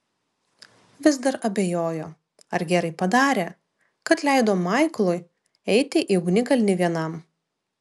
vis dar abejojo ar gerai padarė kad leido maiklui eiti į ugnikalnį vienam